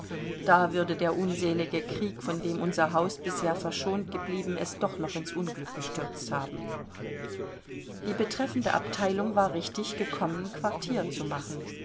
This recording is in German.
da würde der unselige krieg von dem unser haus bisher verschont geblieben es doch noch ins unglück gestürzt haben die betreffende abteilung war richtig gekommen quartier zu machen